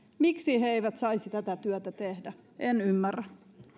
miksi he eivät saisi tätä työtä tehdä en ymmärrä